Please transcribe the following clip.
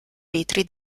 litri